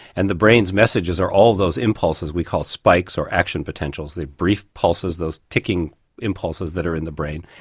and the brain's messages are all those impulses we call spikes are action potentials, the brief pulses, those ticking impulses that are in the brain,